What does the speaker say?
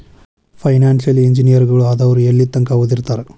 Financial ಇಂಜಿನಿಯರಗಳು ಆದವ್ರು ಯೆಲ್ಲಿತಂಕಾ ಓದಿರ್ತಾರ?